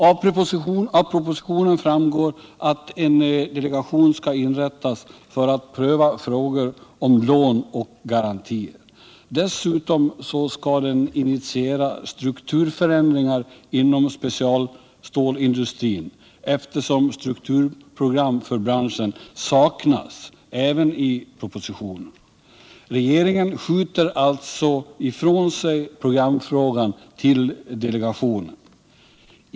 Av propositionen framgår att en delegation skall inrättas för att pröva frågor om lån och garantier. Dessutom skall den initiera strukturförändringar inom specialstålindustrin, eftersom strukturprogram för branschen saknas även i propositionen. Regeringen skjuter alltså ifrån sig programfrågan till delegationen.